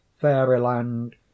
fairyland